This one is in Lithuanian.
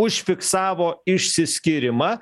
užfiksavo išsiskyrimą